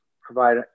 provide